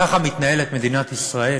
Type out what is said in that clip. ככה מתנהלת מדינת ישראל?